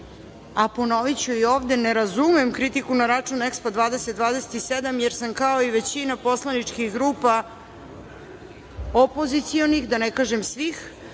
a ponoviću ovde, ne razumem kritiku na račun EKSPO 2027, jer sam kao i većina poslaničkih grupa opozicionih, da ne kažem svih